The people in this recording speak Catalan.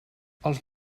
els